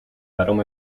waarom